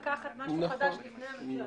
עדיף לכם לקחת משהו חדש לפני הממשלה.